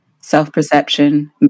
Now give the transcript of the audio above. self-perception